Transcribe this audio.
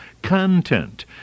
Content